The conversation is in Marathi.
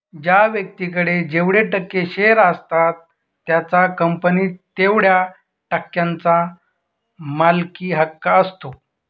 ज्या व्यक्तीकडे जेवढे टक्के शेअर असतात त्याचा कंपनीत तेवढया टक्क्यांचा मालकी हक्क असतो